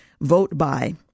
vote-by